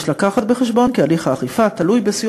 יש לקחת בחשבון כי הליך האכיפה תלוי בסיוע